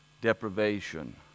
deprivation